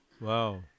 Wow